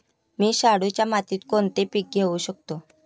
मी शाडूच्या मातीत कोणते पीक घेवू शकतो?